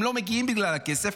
הם לא מגיעים בגלל הכסף.